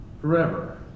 forever